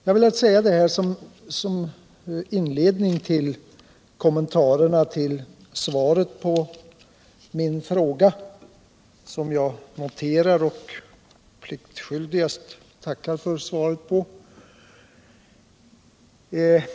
Jag har velat säga detta som inledning till kommentarerna till svaret på min fråga, som jag noterar och pliktskyldigast tackar för.